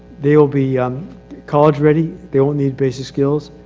they'll be um college ready. they won't need basic skills.